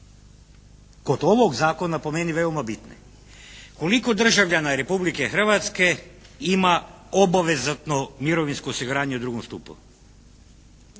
kod ovog zakona po meni veoma bitne koliko državljana Republike Hrvatske ima obavezatno mirovinsko osiguranje u drugom stupu,